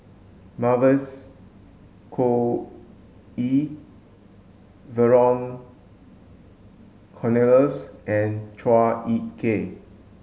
Mavis Khoo Oei Vernon Cornelius and Chua Ek Kay